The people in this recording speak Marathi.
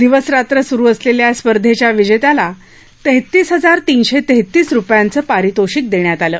दिवसरात्र सुरू असलेल्या या स्पर्धेच्या विजेत्याला तेहतीस हजार तीनशे तेहतीस रूपयांचं पारितोषिक देण्यात आलं